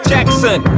Jackson